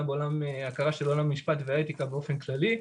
הכרה של עולם המשפט והאתיקה באופן כללי.